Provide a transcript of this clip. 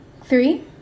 Three